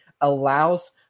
allows